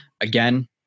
again